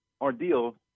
ordeal